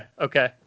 okay